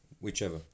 whichever